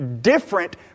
different